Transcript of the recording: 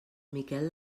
miquel